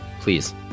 please